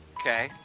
Okay